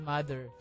Mother